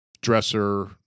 dresser